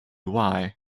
why